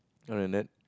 toilet